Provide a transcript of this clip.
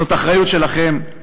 זאת אחריות שלכם,